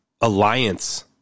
alliance